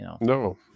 No